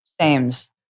Sames